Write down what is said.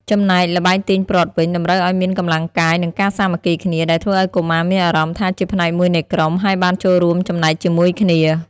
ចំណែកឯល្បែងទាញព្រ័ត្រវិញ តម្រូវឲ្យមានកម្លាំងកាយ និងការសាមគ្គីគ្នា ដែលធ្វើឲ្យកុមារមានអារម្មណ៍ថាជាផ្នែកមួយនៃក្រុម ហើយបានចូលរួមចំណែកជាមួយគ្នា។